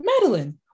Madeline